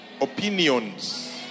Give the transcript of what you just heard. opinions